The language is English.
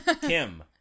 Kim